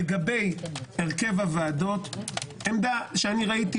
לגבי הרכב הוועדות עמדה שראיתי,